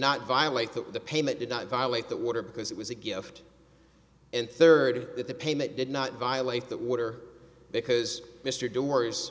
not violate that the payment did not violate that water because it was a gift and third that the payment did not violate that water because mr doors